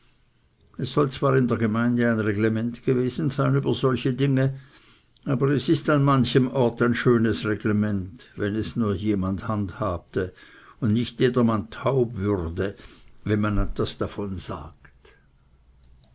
es soll zwar in der gemeinde ein reglement gewesen sein über solche dinge aber es ist an manchem ort ein schönes reglement wenn es nur jemand handhabte und nicht jedermann taub würde wenn man etwas davon sagt